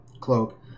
cloak